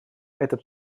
этот